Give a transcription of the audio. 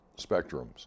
spectrums